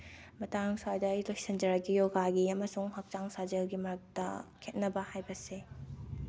ꯃꯇꯥꯡ ꯁ꯭ꯋꯥꯏꯗ ꯂꯩ ꯂꯣꯏꯁꯟꯖꯔꯒꯦ ꯌꯣꯒꯥꯒꯤ ꯑꯃꯁꯨꯡ ꯍꯛꯆꯥꯡ ꯁꯥꯖꯦꯜꯒꯤ ꯃꯔꯛꯇ ꯈꯦꯠꯅꯕ ꯍꯥꯏꯕꯁꯦ